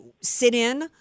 sit-in